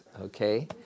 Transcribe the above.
Okay